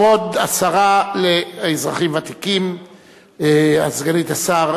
כבוד השרה לאזרחים ותיקים, סגנית השר